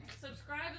Subscribe